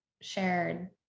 Shared